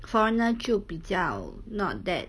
foreigner 就比较 not that